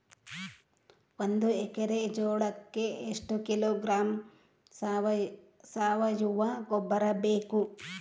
ಒಂದು ಎಕ್ಕರೆ ಜೋಳಕ್ಕೆ ಎಷ್ಟು ಕಿಲೋಗ್ರಾಂ ಸಾವಯುವ ಗೊಬ್ಬರ ಬೇಕು?